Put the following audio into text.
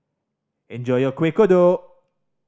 enjoy your Kueh Kodok